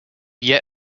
yet